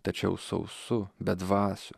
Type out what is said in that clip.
tačiau sausu bedvasių